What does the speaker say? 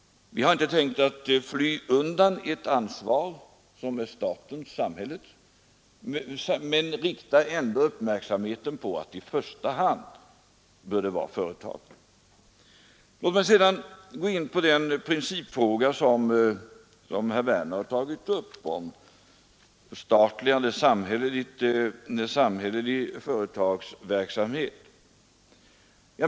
Vi har inte tänkt fly undan det ansvar som är statens och samhällets, men riktar uppmärksamheten på att ansvaret ändå i första hand bör ligga på företaget. Låt mig sedan gå in på den principfråga som herr Werner tagit upp om förstatligande och samhällelig företagsverksamhet.